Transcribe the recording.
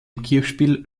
kirchspiel